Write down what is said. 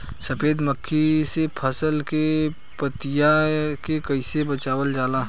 सफेद मक्खी से फसल के पतिया के कइसे बचावल जाला?